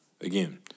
Again